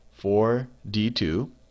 4D2